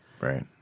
Right